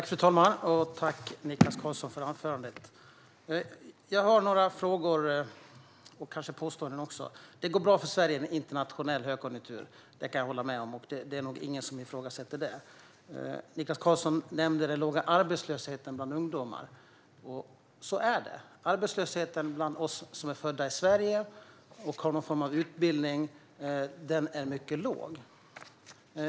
Fru talman! Tack, Niklas Karlsson, för anförandet! Jag har några frågor och kanske också några påståenden. Det går bra för Sverige i en internationell högkonjunktur. Det kan jag hålla med om. Det är nog ingen som ifrågasätter det. Niklas Karlsson nämnde den låga arbetslösheten bland ungdomar. Så är det. Arbetslösheten bland oss som är födda i Sverige och som har någon form av utbildning är mycket låg.